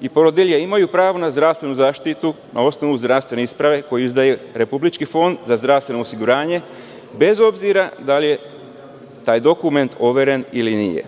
i porodilje imaju pravo na zdravstvenu zaštitu na osnovu zdravstvene isprave koju izdaje Republički fond za zdravstveno osiguranje, bez obzira da li je taj dokument overen ili